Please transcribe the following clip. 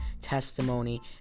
testimony